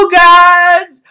guy's